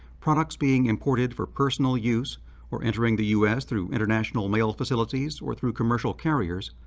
products being imported for personal use or entering the us through international mail facilities or through commercial carriers,